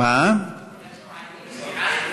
בעי"ן?